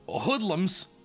hoodlums